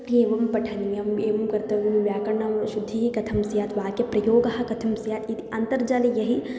एवं पठनीयम् एवं कर्तव्यं व्याकरणं शुद्धिः कथं स्यात् व्याक्यप्रयोगः कथं स्यात् इति अन्तर्जाले यदि